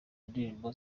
indirimbo